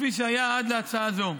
כפי שהיה עד להצעה זו.